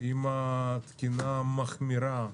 עם התקינה המחמירה,